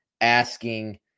asking